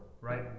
right